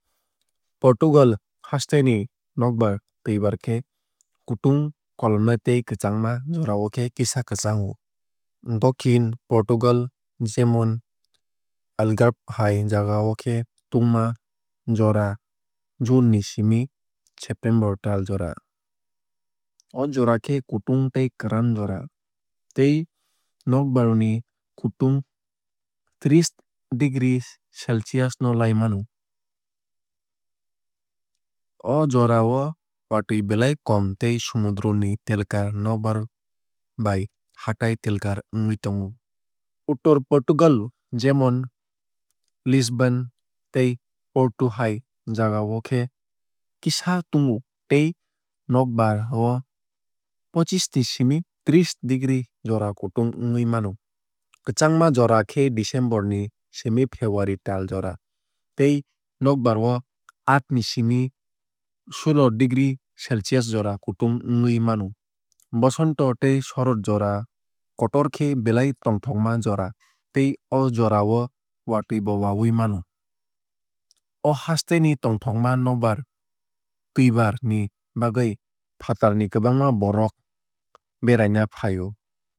Portugal haste ni nokbar twuibar khe kutung kolomnai tei kwchangma jorao khe kisa kwchango. Dokhin portugal jemon algarve hai jagao khe tungma jora june ni simi september tal jora. O jora khe kutung tei kwran jora tei nokbar ni kutung treesh degree celcius no lai mano. O jarao watui belai kom tei somudro ni telkar nokbar bai hatai telkar wngui tongo. Uttor portugal jemon lisban tei porto hai jagao khe kisa tungo tei nokbar o pochish ni simi treesh degree jora kutung wngui mano. Kwchangma jora khe december ni simi february tal jora tei nokbar o aat ni simi shulloh degree celcius jora kutung wngui mano. Bosonta tei shorod jora kotor khe belai tongthokma jora tei o jorao watui bo wawui mano. O haste ni tongthokma nokbar twuibar ni bagwui fatar ni kwbangma borok rok beraina fai o.